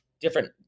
different